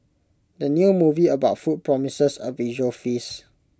the new movie about food promises A visual feast